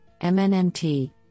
MNMT